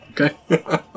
Okay